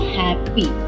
happy